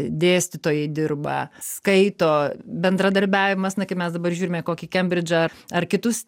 dėstytojai dirba skaito bendradarbiavimas na kaip mes dabar žiūrime į kokį kembridžą ar kitus